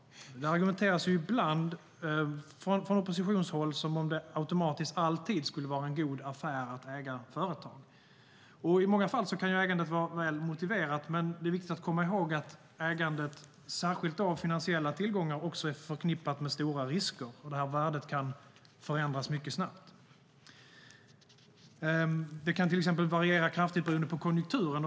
Det argumenteras ibland från oppositionshåll som om det automatiskt alltid skulle vara en god affär att äga företag. I många fall kan ägandet vara väl motiverat. Men det är viktigt att komma ihåg att ägandet, särskilt av finansiella tillgångar, är förknippat med stora risker. Värdet kan förändras mycket snabbt. Det kan till exempel variera kraftigt beroende på konjunkturen.